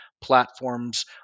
platforms